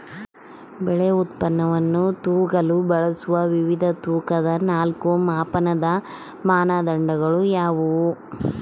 ಬೆಳೆ ಉತ್ಪನ್ನವನ್ನು ತೂಗಲು ಬಳಸುವ ವಿವಿಧ ತೂಕದ ನಾಲ್ಕು ಮಾಪನದ ಮಾನದಂಡಗಳು ಯಾವುವು?